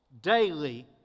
daily